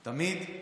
תמיד: